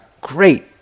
great